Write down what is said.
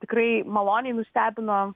tikrai maloniai nustebino